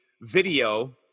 video